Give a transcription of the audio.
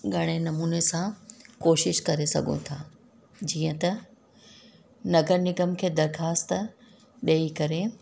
घणे नमूने सां कोशिश करे सघूं था जीअं त नगर निगम खे दरख़्वास्त ॾई करे